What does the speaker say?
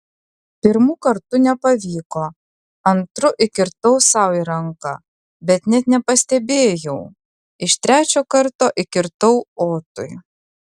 pirmu kartu nepavyko antru įkirtau sau į ranką bet net nepastebėjau iš trečio karto įkirtau otui